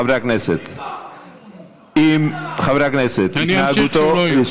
חברי הכנסת, אני אמשיך כשהוא לא יהיה.